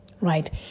right